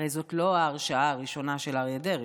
הרי זאת לא ההרשעה הראשונה של אריה דרעי.